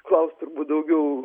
klaust turbūt daugiau